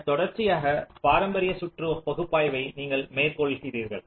அதன் தொடர்ச்சியாக பாரம்பரிய சுற்று பகுப்பாய்வை நீங்கள் மேற்கொள்கிறீர்கள்